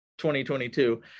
2022